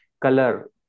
color